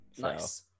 nice